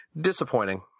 disappointing